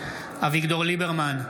אביגדור ליברמן,